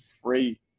free